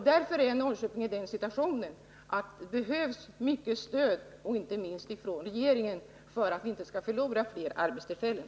Därför är Norrköping i den situationen att det behövs mycket stöd, inte minst från regeringen, för att vi inte skall förlora fler arbetstillfällen.